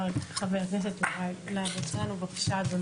חבר הכנסת יוראי להב הרצנו, בבקשה אדוני.